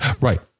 Right